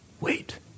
wait